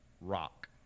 rock